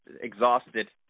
exhausted